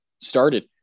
started